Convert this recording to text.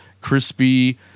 crispy